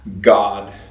God